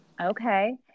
Okay